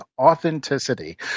Authenticity